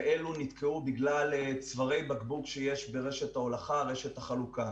ואלו נתקעו בגלל צווארי בקבוק שיש ברשת ההולכה ורשת החלוקה.